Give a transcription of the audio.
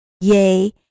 Yea